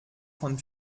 von